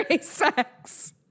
sex